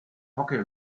hockey